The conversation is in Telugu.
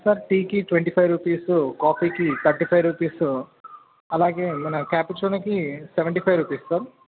సార్ టీకి ట్వంటీ ఫైవ్ రుపీసు కాఫీకి తర్టీ ఫైవ్ రుపీసు అలాగే మన క్యాపిచునోకి సెవెంటీ ఫైవ్ రూపీస్ సార్